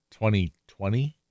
2020